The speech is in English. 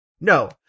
No